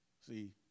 See